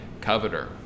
coveter